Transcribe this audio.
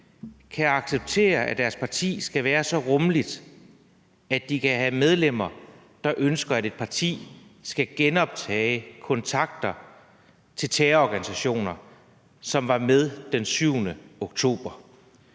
kan acceptere, at deres parti skal være så rummeligt, at de kan have medlemmer, der ønsker, at et parti skal genoptage kontakter til terrororganisationer, som var med den 7. oktober.